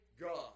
God